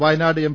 Wayanad M